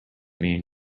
mean